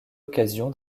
occasion